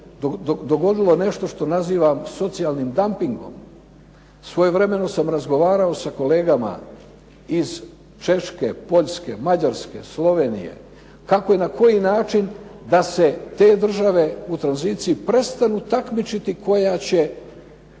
dogodilo nešto što nazivamo socijalnim dampingom. Svojevremeno sam razgovarao sa kolegama iz Češke, Poljske, Mađarske, Slovenije kako i na koji način da se te države u tranziciji prestanu takmičiti koja će